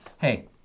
hey